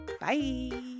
Bye